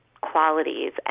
qualities